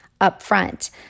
upfront